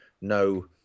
no